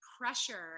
pressure